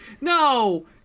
No